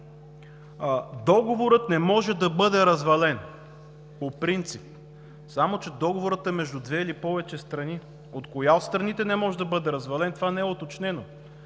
договорът не може да бъде развален по принцип, само че договорът е между две или повече страни. От коя от страните не може да бъде развален? Това не е уточнено.